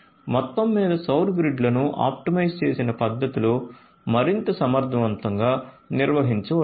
మొత్తంమీద సౌర గ్రిడ్లను ఆప్టిమైజ్ చేసిన పద్ధతిలో మరింత సమర్థవంతంగా నిర్వహించవచ్చు